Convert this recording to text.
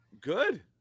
Good